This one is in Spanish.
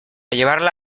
llevarla